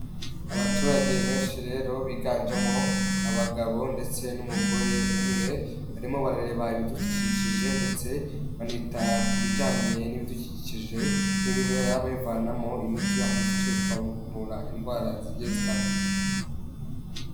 Abaturage benshi rero biganjemo abagabo ndetse n'umugore umwe, barimo barareba ibidukikije ndetse banita ku bijyanye n'ibidukikije nk'ibimera, babivanamo imiti yakifashishwa mu kuvura indwara zigiye zitandukanye.